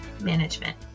management